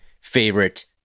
favorite